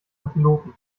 antilopen